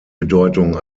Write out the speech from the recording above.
bedeutung